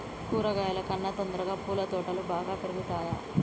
కూరగాయల కన్నా తొందరగా పూల తోటలు బాగా పెరుగుతయా?